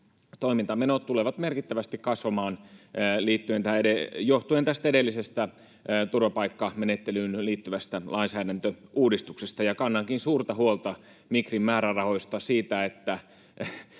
toimintamenot tulevat merkittävästi kasvamaan johtuen tästä edellisestä turvapaikkamenettelyyn liittyvästä lainsäädäntöuudistuksesta. Kannankin suurta huolta Migrin määrärahoista, siitä,